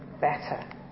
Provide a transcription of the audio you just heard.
better